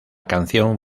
canción